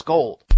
Gold